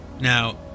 now